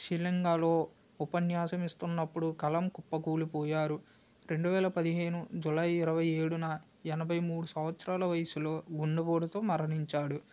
షిల్లింగాలో ఉపన్యాసం ఇస్తున్నప్పుడు కలం కుప్పకూలిపోయారు రెండువేల పదిహేను జులై ఇరవై ఏడున ఎనభై మూడు సంవత్సరాల వయసులో గుండెపోటుతో మరణించాడు